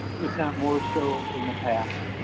if not more so from the past.